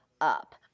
up